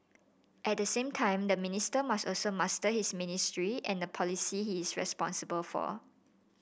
at the same time the minister must also master his ministry and the policy he is responsible for